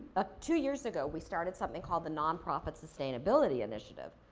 ah two years ago, we started something called the non-profit sustainability initiative.